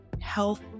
health